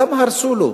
למה הרסו לו?